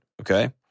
Okay